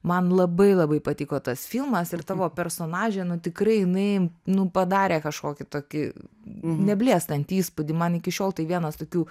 man labai labai patiko tas filmas ir tavo personažė nu tikrai jinai nu padarė kažkokį tokį neblėstantį įspūdį man iki šiol tai vienas tokių